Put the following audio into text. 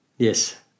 Yes